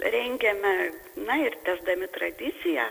rengiame na ir tęsdami tradiciją